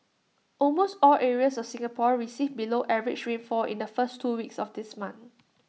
almost all areas of Singapore received below average rainfall in the first two weeks of this month